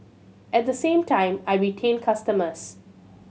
at the same time I retain customers